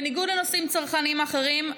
בניגוד לנושאים צרכניים אחרים,